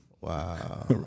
Wow